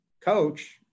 coach